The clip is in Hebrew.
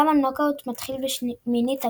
שלב הנוקאאוט מתחיל בשמינית הגמר,